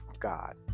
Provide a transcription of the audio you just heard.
God